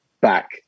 back